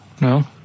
No